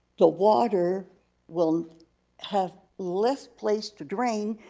the water will have less place to drain,